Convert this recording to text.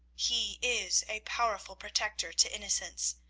he is a powerful protector to innocence,